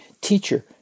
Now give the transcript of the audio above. Teacher